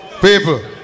People